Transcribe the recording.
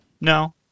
no